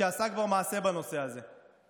שעשה כבר מעשה בנושא הזה.